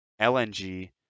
lng